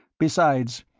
besides,